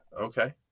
Okay